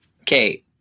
Okay